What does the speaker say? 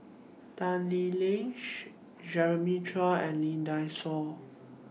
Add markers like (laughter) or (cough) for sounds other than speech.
Tan Lee Leng (unintelligible) Jeremiah Choy and Lee Dai Soh